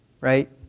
right